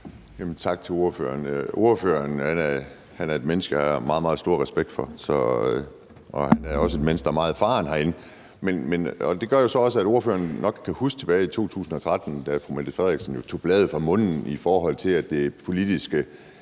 Tak til ordføreren. Ordføreren er et menneske, som jeg har meget, meget stor respekt for, og han er også et menneske, der er meget erfaren herinde, og det gør jo også, at ordføreren nok kan huske tilbage til 2013, da fru Mette Frederiksen tog bladet fra munden, i forhold til at det politiske